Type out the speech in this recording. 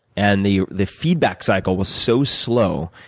and the the feedback cycle was so slow,